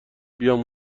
بیام